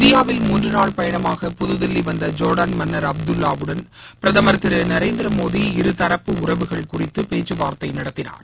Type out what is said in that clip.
இந்தியாவில் மூன்றுநாள் பயணமாக புதுதில்லி வந்த ஜோர்டான் மன்னர் அப்துல்லாவுடன் பிரதமர் திரு நரேந்திரமோடி இருதரப்பு உறவுகள் குறித்து பேச்சுவார்த்தை நடத்தினார்